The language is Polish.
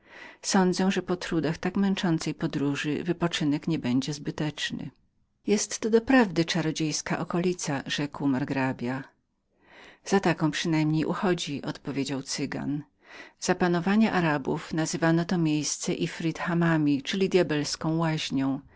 tem schronieniu po trudach tak męczącej podróży sądzę że wypoczynek nie będzie zbytecznym w istocie jest to zaczarowana okolica rzekł margrabia za taką przynajmniej uchodzi odpowiedział cygan za panowania arabów nazywano to miejsce afrit hamanik czyli djabelską